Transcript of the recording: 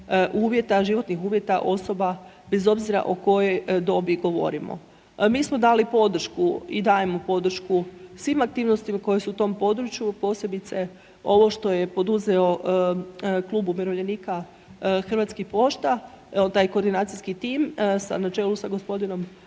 životnih uvjeta osoba bez obzira o kojoj dobi govorimo. Mi smo dali podršku i dajemo podršku svim aktivnostima koje su u tom području, posebice ovo što je poduzeo klub umirovljenika Hrvatskih pošta, taj koordinacijski tim na čelu sa gospodinom